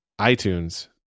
iTunes